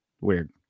Weird